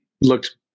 looked